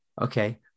Okay